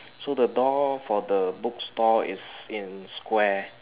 so the door for the bookstore is in square